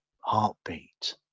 heartbeat